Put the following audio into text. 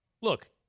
look